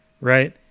Right